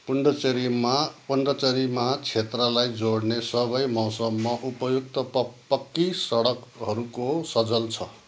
पुदुचेरीमा पुदुचेरीमा क्षेत्रलाई जोड्ने सबै मौसममा उपयुक्त प पक्की सडकहरूको सञ्जाल छ